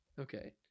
Okay